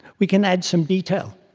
we can add some detail.